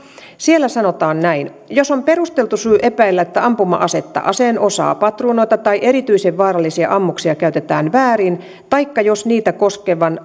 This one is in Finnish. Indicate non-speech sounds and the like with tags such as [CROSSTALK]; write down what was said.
sanotaan näin jos on perusteltu syy epäillä että ampuma asetta aseen osaa patruunoita tai erityisen vaarallisia ammuksia käytetään väärin taikka jos niitä koskevan [UNINTELLIGIBLE]